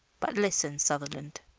but listen, sutherland.